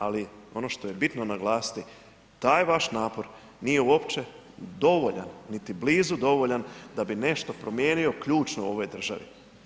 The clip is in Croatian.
Ali ono što je bitno naglasiti, taj vaš napor nije uopće dovoljan, niti blizu dovoljan da bi nešto promijenio ključno u ovoj državi.